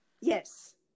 Yes